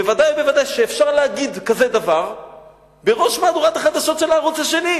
בוודאי ובוודאי אפשר להגיד כזה דבר בראש מהדורת החדשות של ערוץ-2.